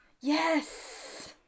yes